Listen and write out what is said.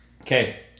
Okay